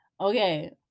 okay